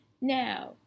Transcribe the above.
Now